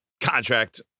contract